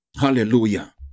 Hallelujah